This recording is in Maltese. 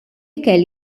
ikel